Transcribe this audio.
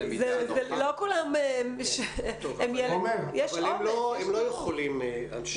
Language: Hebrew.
--- אבל הם לא יכולים, אנשי החינוך.